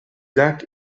llac